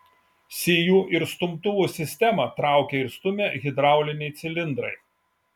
sijų ir stumtuvų sistemą traukia ir stumia hidrauliniai cilindrai